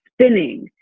spinning